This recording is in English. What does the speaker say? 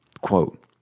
Quote